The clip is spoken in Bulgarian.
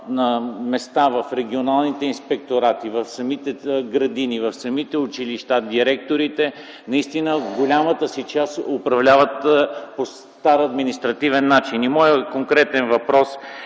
на места в регионалните инспекторати, в самите градини, в самите училища, директорите, наистина в голямата си част управляват по стар административен начин. Моят конкретен въпрос е